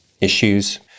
issues